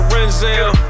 Renzel